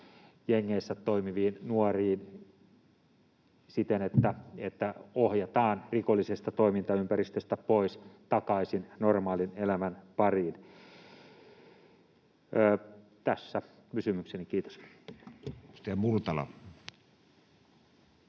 jengeissä toimiviin nuoriin, siten että ohjataan rikollisesta toimintaympäristöstä pois, takaisin normaalin elämän pariin? — Tässä kysymykseni. Kiitos.